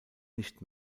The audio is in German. nicht